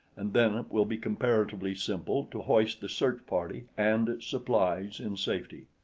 and then it will be comparatively simple to hoist the search-party and its supplies in safety.